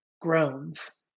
groans